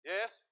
Yes